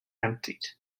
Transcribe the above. emptied